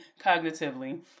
cognitively